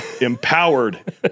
empowered